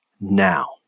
now